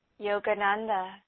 Yogananda